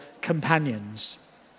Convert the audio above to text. companions